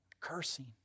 cursing